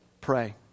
Pray